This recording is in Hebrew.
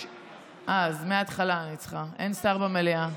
כבוד היושב-ראש, אין שר במליאה.